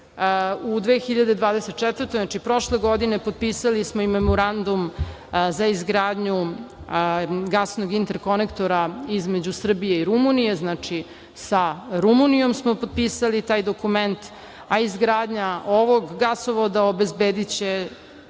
godini, znači prošle godine potpisali smo i Memorandum za izgradnju gasnog interkonektora između Srbije i Rumunije. Znači, sa Rumunijom smo potpisali taj dokument, a izgradnjom ovog gasovoda obezbediće